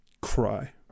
cry